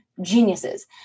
geniuses